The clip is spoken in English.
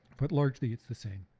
but largely it's the same.